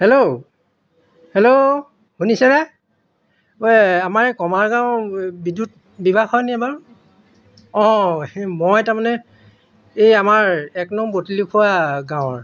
hello hello শুনিছে আমাৰ এই কমাৰ গাঁও বিদ্যুৎ বিভাগ হয়নে বাৰু অঁ সেই মই তাৰমানে এই আমাৰ এক নং বতলি পোৱা গাঁৱৰ